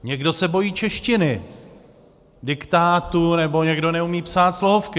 Někdo se bojí češtiny, diktátu nebo někdo neumí psát slohovky.